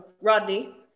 Rodney